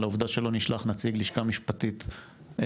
העובדה שלא נשלח נציג לשכה משפטי לדיון,